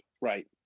Right